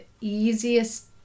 easiest